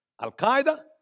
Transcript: Al-Qaeda